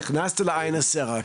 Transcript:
אז נכנסת לעין הסערה כנראה.